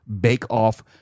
bake-off